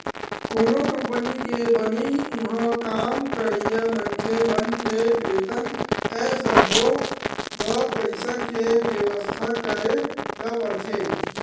कोनो कंपनी के बनई, उहाँ काम करइया मनखे मन के बेतन ए सब्बो बर पइसा के बेवस्था करे ल परथे